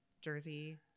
Jersey